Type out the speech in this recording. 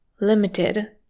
limited